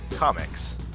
Comics